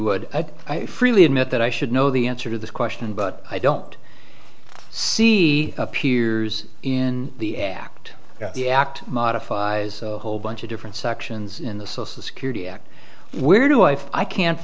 would i freely admit that i should know the answer to this question but i don't see appears in the act the act modifies the whole bunch of different sections in the social security act weird wife i can't